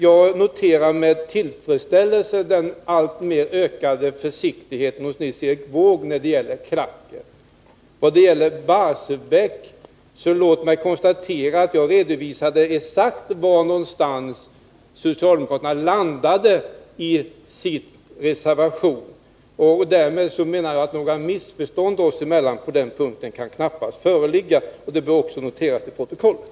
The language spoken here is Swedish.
Jag noterar med tillfredsställelse den alltmer ökade försiktigheten hos Nils Erik Wååg när det gäller kracker. I fråga om Barsebäck redovisade jag exakt var socialdemokraterna ”landat” i sin reservation. Därför menar jag att några missförstånd oss emellan knappast kan föreligga på denna punkt. Det bör också noteras till protokollet.